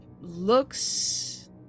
looks